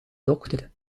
dokter